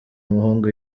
umuhungu